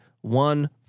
one